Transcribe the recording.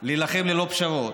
להילחם ללא פשרות,